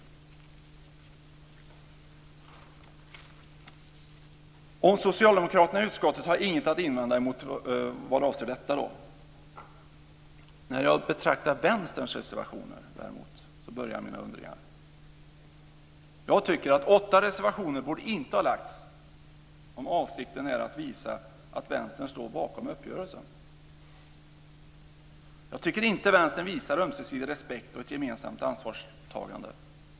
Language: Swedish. När det gäller Socialdemokraterna i utskottet har jag inget att invända vad avser detta. När jag betraktar Vänsterns reservationer däremot börjar mina undringar. Jag tycker att åtta reservationer inte borde ha lagts fram om avsikten är att visa att Vänstern står bakom uppgörelsen. Jag tycker inte att Vänstern visar ömsesidig respekt och ett gemensamt ansvarstagande.